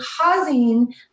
causing